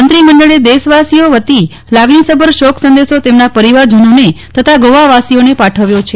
મંત્રીમંડળે દેશવાસીઓ વતી લાગણીસભર શોક સંદેશો તેમના પરિવારજનોને તથા ગોવાવાસીઓને પાઠવ્યો છે